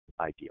Ideal